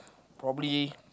probably